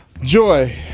Joy